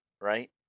right